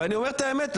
אני אומר את האמת,